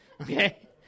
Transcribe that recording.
Okay